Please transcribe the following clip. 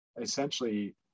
essentially –